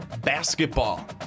basketball